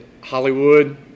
Hollywood